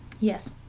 Yes